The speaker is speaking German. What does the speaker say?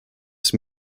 ist